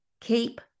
Keep